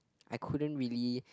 I couldn't really